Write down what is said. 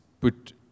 put